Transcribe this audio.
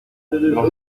los